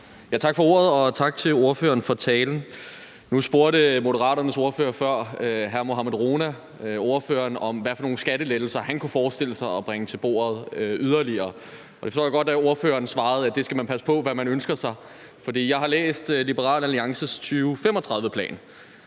Tak for ordet, og tak til ordføreren for talen. Nu spurgte Moderaternes ordfører, hr. Mohammad Rona, før ordføreren om, hvad for nogle skattelettelser han yderligere kunne forestille sig at bringe til bordet. Jeg forstår godt, at ordføreren svarede, at man skal passe på med, hvad man ønsker sig, for jeg har læst Liberal Alliances 2035-plan,